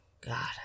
God